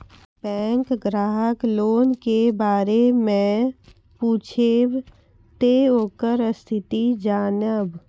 Bank ग्राहक loan के बारे मैं पुछेब ते ओकर स्थिति जॉनब?